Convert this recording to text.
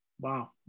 Wow